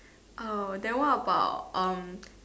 oh then what about um